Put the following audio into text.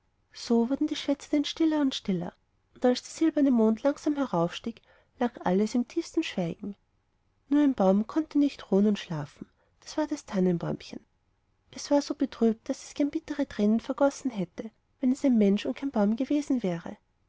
so wurden die schwätzer denn stiller und stiller und als der silberne mond langsam heraufstieg lag alles im tiefsten schweigen nur ein baum konnte nicht ruhen und schlafen das war das tannenbäumchen es war so betrübt daß es gern bittre tränen vergossen hätte wenn es ein mensch und kein baum gewesen wäre